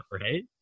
right